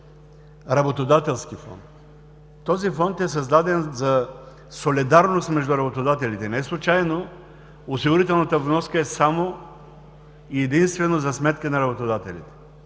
работодателски Фонд. Той е създаден за солидарност между работодателите. Неслучайно осигурителната вноска е само и единствено за сметка на работодателите.